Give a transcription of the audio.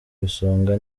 isonga